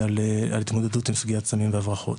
על התמודדות עם סוגיית סמים והברחות.